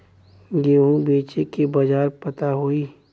गेहूँ बेचे के बाजार पता होई?